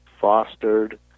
fostered